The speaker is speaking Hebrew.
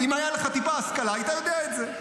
אם הייתה לך טיפת השכלה, היית יודע את זה.